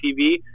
TV